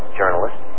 journalist